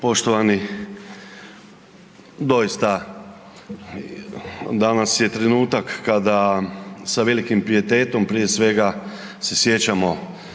Poštovani. Doista danas je trenutak kada sa velikim pijetetom prije svega se sjećamo